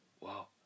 Wow